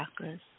chakras